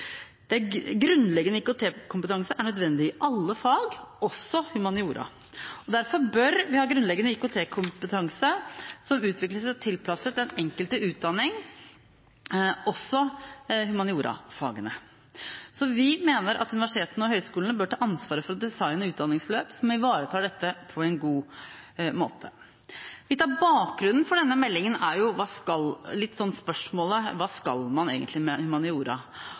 møter. Grunnleggende IKT-kompetanse er nødvendig i alle fag, også humaniora. Derfor bør vi ha grunnleggende IKT-kompetanse som utvikles og tilpasses den enkelte utdanning, også humaniorafagene. Vi mener at universitetene og høyskolene bør ta ansvaret for å designe utdanningsløp som ivaretar dette på en god måte. Litt av bakgrunnen for denne meldingen er spørsmålet: Hva skal man egentlig med humaniora? At spørsmålet